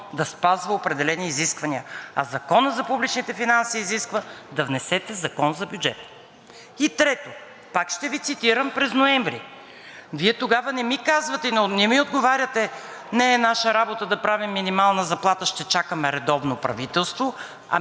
да спазва определени изисквания, а Законът за публичните финанси изисква да внесете Закон за бюджета. И трето, пак ще Ви цитирам през ноември, Вие тогава не ми отговаряте: „Не е наша работа да правим минимална заплата, ще чакаме редовно правителство“, а